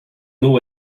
know